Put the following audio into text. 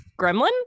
gremlin